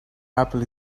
apple